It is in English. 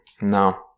No